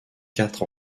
quatre